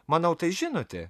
manau tai žinote